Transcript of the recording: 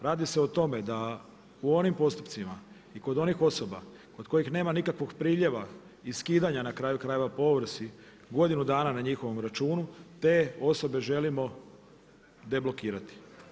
Radi se o tome da u onim postupcima i kod onih osoba kojih nema nikakvog priljeva i skidanja na kraju krajeva po ovrsi, godinu dana na njihovom računu, te osobe želimo deblokirati.